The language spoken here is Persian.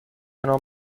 نام